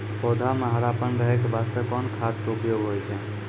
पौधा म हरापन रहै के बास्ते कोन खाद के उपयोग होय छै?